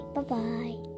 Bye-bye